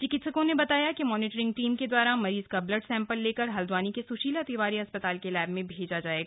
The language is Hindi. चिकित्सकों ने बताया कि मॉनिटरिंग टीम के द्वारा मरीज का ब्लड सैंपल लेकर हल्दवानी के स्शीला तिवारी अस्पताल के लैब भेजा जाएगा